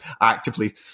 actively